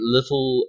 Little